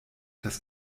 das